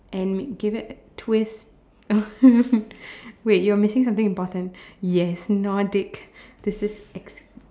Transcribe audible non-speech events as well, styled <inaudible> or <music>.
and give it a twist <laughs> wait you're missing something important yes Nordic this is ex~